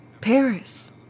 Paris